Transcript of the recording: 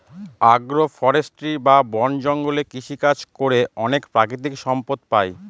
আগ্র ফরেষ্ট্রী বা বন জঙ্গলে কৃষিকাজ করে অনেক প্রাকৃতিক সম্পদ পাই